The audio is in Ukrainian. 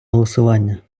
голосування